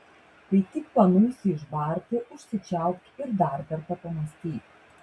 kai tik panūsi išbarti užsičiaupk ir dar kartą pamąstyk